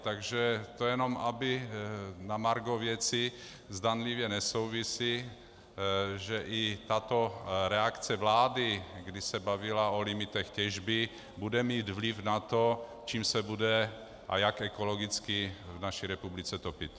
Takže to jenom na margo věci zdánlivě nesouvisící, že i tato reakce vlády, kdy se bavila o limitech těžby, bude mít vliv na to, čím a jak se bude ekologicky v naší republice topit.